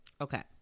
okay